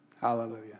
Hallelujah